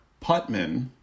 Putman